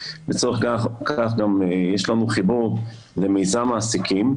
לצורך כך גם יש לנו חיבור למיזם מעסיקים,